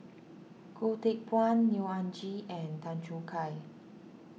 Goh Teck Phuan Neo Anngee and Tan Choo Kai